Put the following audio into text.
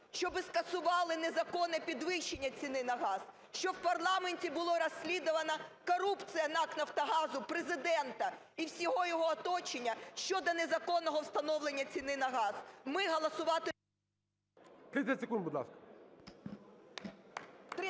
щоби скасували незаконне підвищення ціни на газ, щоб в парламенті була розслідувана корупція НАК "Нафтогазу", Президента і всього його оточення щодо незаконного встановлення ціни на газ. Ми голосувати не… ГОЛОВУЮЧИЙ. 30 секунд, будь ласка.